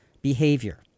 behavior